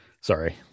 Sorry